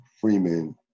Freeman